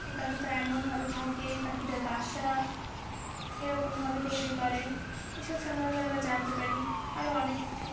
এই পাখিটা এমনভাবে থাকে এই পাখিটার বাসা এরকমভাবে তৈরি করে এসব সম্বন্ধে আমরা জানতে পারি আরও অনেক কিছু